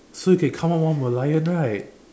so you can come out one Merlion right